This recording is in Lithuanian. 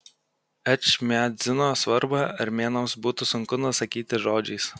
ečmiadzino svarbą armėnams būtų sunku nusakyti žodžiais